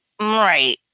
Right